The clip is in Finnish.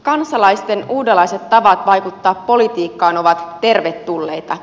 kansalaisten uudenlaiset tavat vaikuttaa politiikkaan ovat tervetulleita